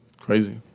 Crazy